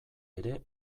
ere